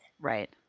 Right